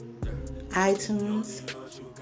ITunes